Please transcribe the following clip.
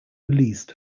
released